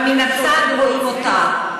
אבל מן הצד רואים אותה.